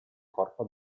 corpo